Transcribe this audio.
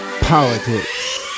Politics